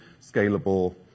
Scalable